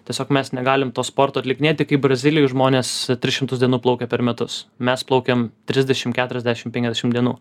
tiesiog mes negalim to sporto atlikinėti kai brazilijoj žmonės tris šimtus dienų plaukia per metus mes plaukiam trisdešim keturiasdešim penkiasdešim dienų